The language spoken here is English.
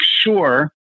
sure